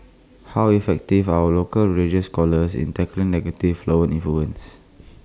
how effective are our local religious scholars in tackling negative foreign influences